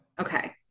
Okay